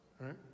right